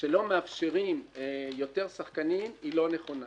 שלא מאפשרים יותר שחקנים היא לא נכונה.